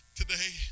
today